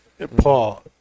Paul